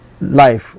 life